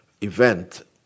event